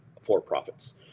for-profits